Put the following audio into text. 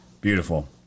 Beautiful